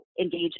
engage